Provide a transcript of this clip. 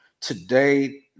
today